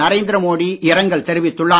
நரேந்திரமோடி இரங்கல் தெரிவித்துள்ளார்